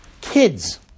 kids